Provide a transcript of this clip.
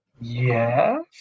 yes